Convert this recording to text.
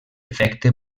efecte